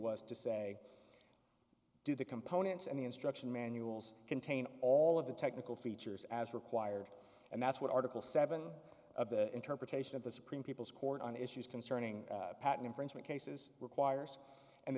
was to say do the components and the instruction manuals contain all of the technical features as required and that's what article seven of the interpretation of the supreme people's court on issues concerning patent infringement cases requires and